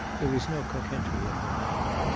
there was no coquetry in her manner.